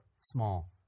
small